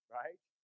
right